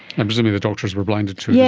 and presumably the doctors were blinded to yeah